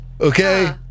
Okay